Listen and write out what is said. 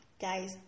Guys